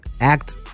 act